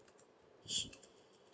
she